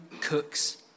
cooks